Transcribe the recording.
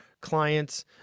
clients